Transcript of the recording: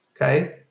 okay